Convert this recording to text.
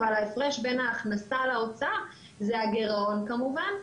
אבל ההפרש בין ההכנסה להוצאה זה הגירעון כמובן.